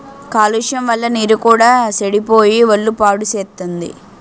కాలుష్యం వల్ల నీరు కూడా సెడిపోయి ఒళ్ళు పాడుసేత్తుంది